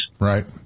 Right